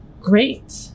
Great